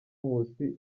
nkusi